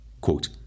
quote